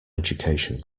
education